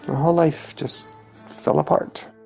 whole life just fell apart